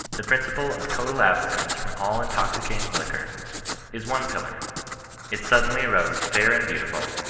the principle of total abstinence from all intoxicating liquor is one pillar it suddenly arose, fur and beautiful,